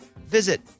visit